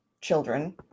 children